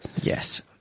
Yes